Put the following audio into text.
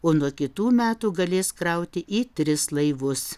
o nuo kitų metų galės krauti į tris laivus